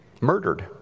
murdered